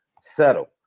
settle